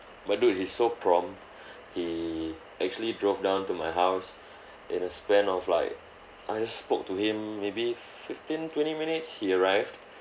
but dude he's so prompt he actually drove down to my house in a span of like I spoke to him maybe fifteen twenty minutes he arrived